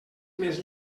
més